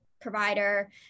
provider